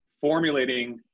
formulating